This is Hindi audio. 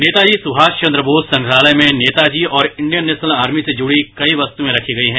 नेताजी सुभाष चंद्र बोस संग्रहालय में नेताजी और इंडियन नेशनल आर्मी से जुड़ी कई क्तुएं रखी हुई हैं